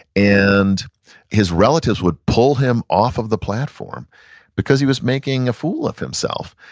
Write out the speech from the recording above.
and his relatives would pull him off of the platform because he was making a fool of himself.